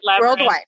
worldwide